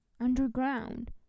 Underground